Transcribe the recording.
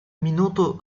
минуту